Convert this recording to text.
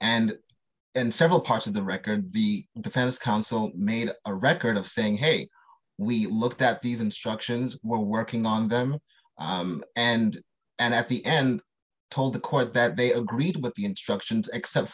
and and several parts of the record the defense counsel made a record of saying hey we looked at these instructions were working on them and and at the end told the court that they agreed with the instructions except